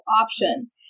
option